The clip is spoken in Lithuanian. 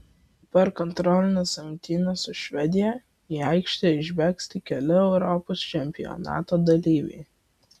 per kontrolines rungtynes su švedija į aikštę išbėgs tik keli europos čempionato dalyviai